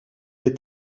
est